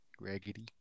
raggedy